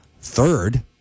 third